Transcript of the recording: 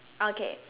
okay